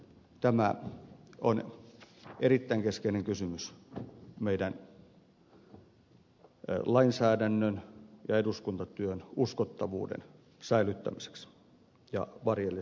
tämä on erittäin keskeinen kysymys meidän lainsäädäntömme ja eduskuntatyömme uskottavuuden säilyttämiseksi ja varjelemiseksi